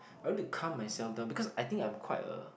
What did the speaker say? I want to calm myself down because I think I'm quite a